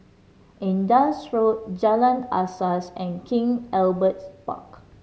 Indus Road Jalan Asas and King Albert Park